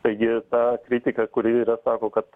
taigi ta kritika kuri yra sako kad